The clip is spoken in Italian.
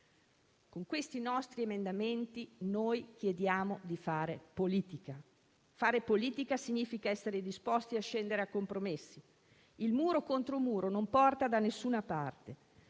Con questi nostri emendamenti, noi chiediamo di fare politica. Fare politica significa essere disposti a scendere a compromessi. Il muro contro muro non porta da nessuna parte.